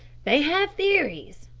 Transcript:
they have theories,